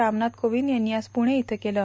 रामनाथ कोविंद यांनी आज पूणे इंथं केले